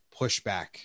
pushback